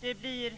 Man får bara